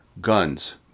guns